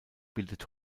bildet